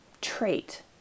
trait